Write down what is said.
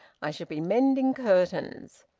i shall be mending curtains.